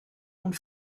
und